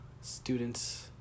students